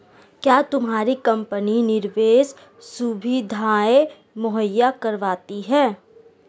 क्या तुम्हारी कंपनी निवेश सुविधायें मुहैया करवाती है?